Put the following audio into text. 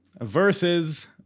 versus